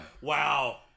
Wow